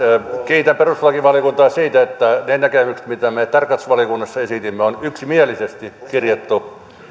kiitän perustuslakivaliokuntaa siitä että ne näkemykset mitä me tarkastusvaliokunnassa esitimme on yksimielisesti kirjattu